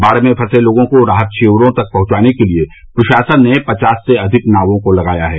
बाढ़ में फसे लोगों को राहत शिविरों तक पहुंचाने के लिये प्रशासन ने पचास से अधिक नावों को लगाया है